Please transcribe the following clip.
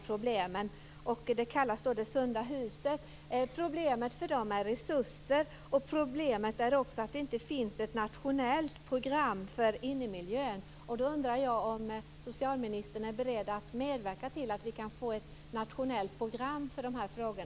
Problemet för forskningsprojektet Det sunda huset är resurser, och det är också ett problem att det inte finns något nationellt program för innemiljön. Då undrar jag om socialministern är beredd att medverka till att vi kan få ett nationellt program för dessa frågor.